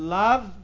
love